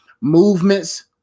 movements